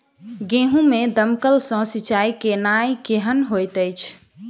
गेंहूँ मे दमकल सँ सिंचाई केनाइ केहन होइत अछि?